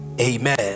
amen